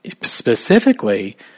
specifically